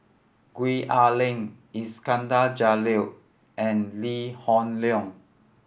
Gwee Ah Leng Iskandar Jalil and Lee Hoon Leong